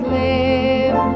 live